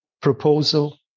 proposal